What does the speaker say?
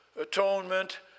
Atonement